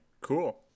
Cool